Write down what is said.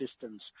distance